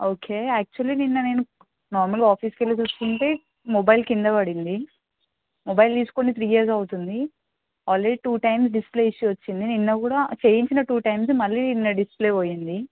okay actually నిన్న నేను మాములుగా ఆఫీస్కి వెళ్ళి చూసుకుంటే మొబైల్ క్రింద పడింది మొబైల్ తీసుకొని త్రీ ఇయర్స్ అవుతుంది already two times display issue వచ్చింది నిన్న కూడా చేయించిన టు టైమ్స్ మళ్ళి నిన్న డిస్ప్లే పోయింది